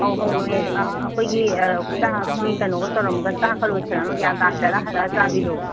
ꯑꯧ ꯍꯣꯏ ꯍꯣꯏ ꯑꯩꯈꯣꯏꯒꯤ ꯑꯩꯈꯣꯏꯒꯤ ꯀꯩꯅꯣꯒ ꯇꯧꯔꯝꯃꯒ ꯆꯥꯛꯀ ꯂꯣꯏꯁꯜꯂꯝꯃ ꯒ꯭ꯌꯥꯟ ꯇꯥꯅ ꯆꯠꯂ ꯍꯜꯂꯛꯑ ꯆꯥꯕꯤꯗꯣ